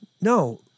No